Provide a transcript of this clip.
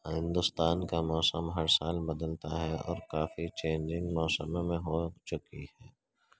اور ہندوستان کا موسم ہر سال بدلتا ہے اور کافی چینجنگ موسموں میں ہو چکی ہے